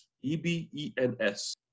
E-B-E-N-S